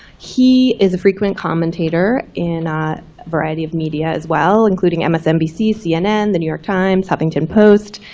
he is a frequent commentator in variety of media as well, including msnbc, cnn, the new york times, huffington post.